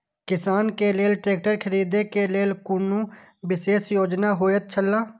किसान के लेल ट्रैक्टर खरीदे के लेल कुनु विशेष योजना होयत छला?